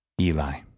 Eli